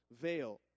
veil